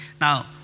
Now